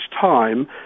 time